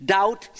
Doubt